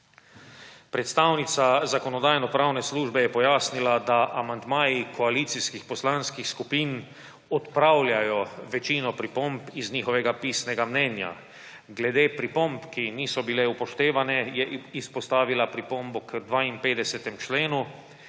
Predstavnica Zakonodajno-pravne službe je pojasnila, da amandmaji koalicijskih poslanskih skupin odpravljajo večino pripomb iz njihovega pisnega mnenja. Glede pripomb, ki niso bile upoštevane, je izpostavila pripombo k 52. členu,